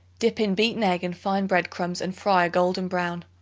dip in beaten egg and fine bread-crumbs and fry a golden brown.